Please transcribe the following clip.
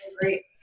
great